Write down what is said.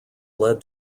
led